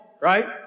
right